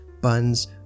buns